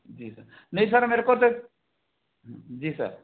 जी sir नहीं sir मेरे को तो जी सर